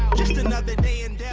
just another day in del